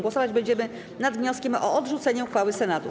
Głosować będziemy nad wnioskiem o odrzucenie uchwały Senatu.